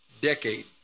decade